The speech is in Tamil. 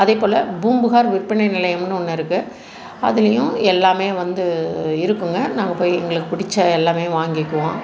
அதே போல் பூம்புகார் விற்பனை நிலையம்னு ஒன்று இருக்கு அதுலேயும் எல்லாம் வந்து இருக்கும்ங்க நாங்கள் போய் எங்களுக்கு பிடிச்ச எல்லாம் வாங்கிக்குவோம்